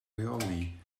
reoli